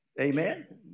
Amen